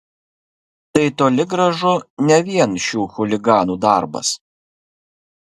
tai toli gražu ne vien šių chuliganų darbas